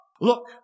look